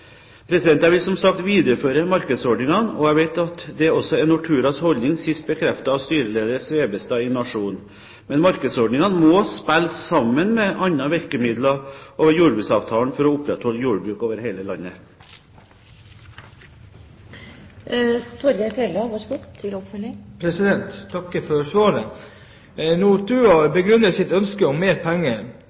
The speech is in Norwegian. Jeg vil, som sagt, videreføre markedsordningene, og jeg vet at det også er Norturas holdning, sist bekreftet av styreleder Svebestad i Nationen. Men markedsordningene må spille sammen med andre virkemidler over jordbruksavtalen for å opprettholde jordbruk over hele landet. Jeg takker for svaret. Nortura begrunner sitt ønske om mer penger